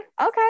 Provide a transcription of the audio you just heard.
Okay